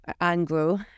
Anglo